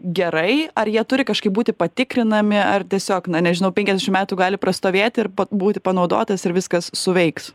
gerai ar jie turi kažkaip būti patikrinami ar tiesiog na nežinau penkiasdešim metų gali prastovėti ir būti panaudotas ir viskas suveiks